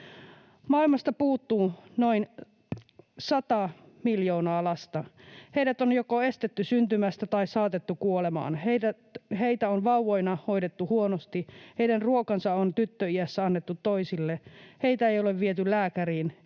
”Maailmasta puuttuu noin 100 miljoonaa lasta. Heidät on joko estetty syntymästä tai saatettu kuolemaan. Heitä on vauvoina hoidettu huonosti. Heidän ruokansa on tyttöiässä annettu toisille. Heitä ei ole viety lääkäriin.